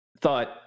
thought